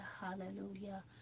hallelujah